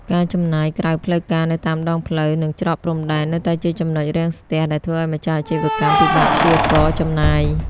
ការចំណាយក្រៅផ្លូវការ នៅតាមដងផ្លូវ និងច្រកព្រំដែន នៅតែជាចំណុចរាំងស្ទះដែលធ្វើឱ្យម្ចាស់អាជីវកម្មពិបាកព្យាករណ៍ចំណាយ។